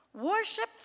Worship